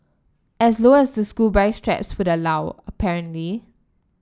as low as the school bag straps would allow apparently